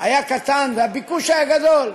היה קטן והביקוש היה גדול.